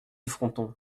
fronton